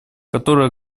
которые